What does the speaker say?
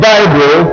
Bible